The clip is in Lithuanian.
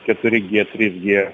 keturi gie trys gie